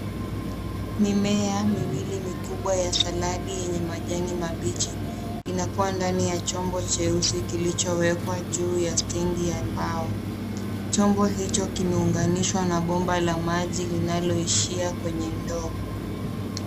Mimea miwili mikubwa ya saladi yenye majani mabichi inakuwa ndani ya chombo cheusi kilicho wekwa juu ya stendi ya mbao. Chombo hicho kime unganishwa na bomba la maji linalo ishia kwenye ndoo.